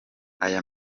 aya